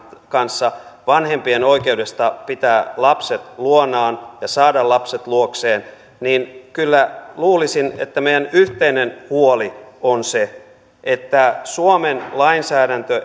kanssa vanhempien oikeudesta pitää lapset luonaan ja saada lapset luokseen niin kyllä luulisin että meidän yhteinen huolemme on se että suomen lainsäädäntö